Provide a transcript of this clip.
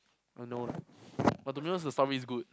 oh no but don't know if the story is good